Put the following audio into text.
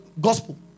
gospel